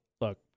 Look